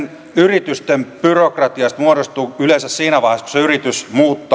yritysten byrokratiasta muodostuu yleensä siinä vaiheessa kun se yritys muuttaa sitä